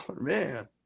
man